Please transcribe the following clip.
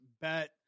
bet